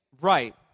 right